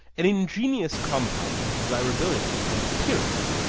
an ingenious compound of desirability and appearance.